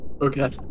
Okay